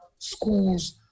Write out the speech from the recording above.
schools